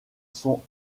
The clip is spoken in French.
sont